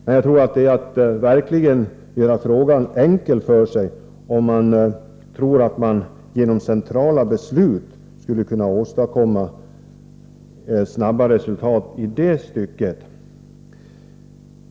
Men jag tror att det verkligen är att göra frågan enkel för sig, om man tror att man genom centrala beslut skulle kunna åstadkomma snabba resultat i det stycket.